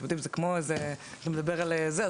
אתם יודעים שאם מדברים על זה,